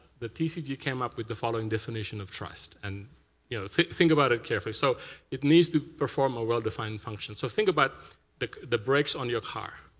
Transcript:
the tcg came up with the following definition of trust. and you know think about it carefully. so it needs to perform a well-defined function. so think about the the brakes on your car.